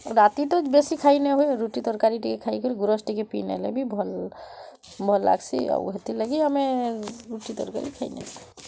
ରାତି ତ ବେଶୀ ଖାଉ ନା ହୁଏ ରୁଟି ତରକାରୀ ଟିକେ ଖାଇ କରି ଗୁରସ୍ ଟିକେ ପିଇ ନେଲେ ବି ଭଲ ଭଲ୍ ଲାଗ୍ସି ଆଉ ସେଥି ଲାଗି ଆମେ ରୁଟି ତରକାରୀ ଖାଇ ନେସୁଁ